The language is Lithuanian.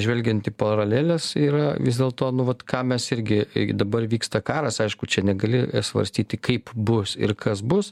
žvelgiant į paraleles yra vis dėlto nu vat ką mes irgi dabar vyksta karas aišku čia negali svarstyti kaip bus ir kas bus